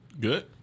Good